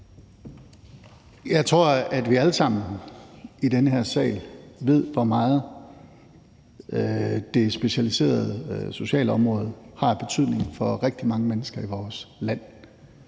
Jeg tror, at vi alle sammen i den her sal ved, hvor meget det specialiserede socialområde har af betydning for rigtig mange mennesker i vores land.